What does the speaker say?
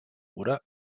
oder